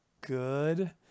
good